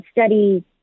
study